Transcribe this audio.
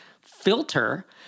filter